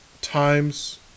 times